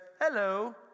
hello